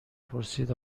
پرسید